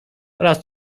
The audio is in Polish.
raz